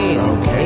Okay